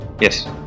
Yes